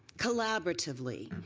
collaboratively,